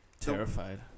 terrified